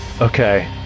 Okay